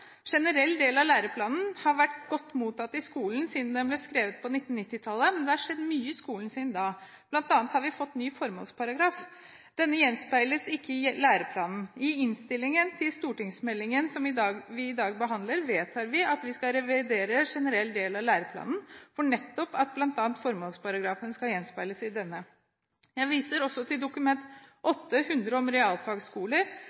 generell del av læreplanen har vært godt mottatt i skolen siden den ble skrevet på 1990-tallet, men det har skjedd mye i skolen siden da; vi har bl.a. fått ny formålsparagraf. Denne gjenspeiles ikke i læreplanen. I innstillingen til stortingsmeldingen som vi i dag behandler, vedtar vi at vi skal revidere generell del av læreplanen, nettopp for at bl.a. formålsparagrafen skal gjenspeiles i denne. Jeg viser også til Dokument